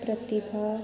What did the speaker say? प्रतिभा